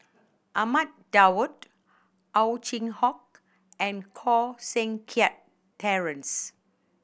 Ahmad Daud Ow Chin Hock and Koh Seng Kiat Terence